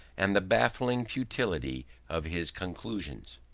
and the baffling futility of his conclusions.